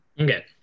Okay